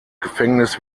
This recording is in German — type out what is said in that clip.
gefängnis